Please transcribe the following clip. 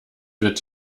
wird